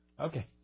Okay